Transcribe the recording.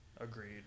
Agreed